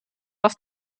was